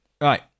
right